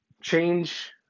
change